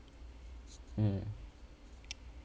mm